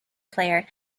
player